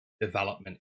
development